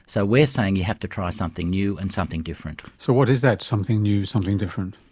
so we're saying you have to try something new and something different. so what is that something new, something different?